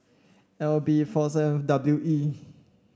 L B four seven W E